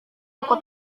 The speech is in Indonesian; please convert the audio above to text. buku